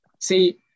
See